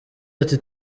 ati